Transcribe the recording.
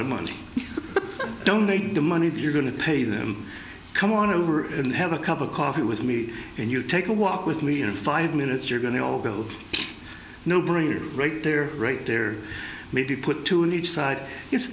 of money you don't need the money if you're going to pay them come on over and have a cup of coffee with me and you take a walk with me in five minutes you're going to go no brainer right there right there maybe put two needs side it's